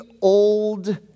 old